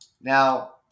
Now